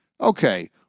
Okay